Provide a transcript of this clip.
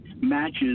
matches